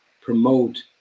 promote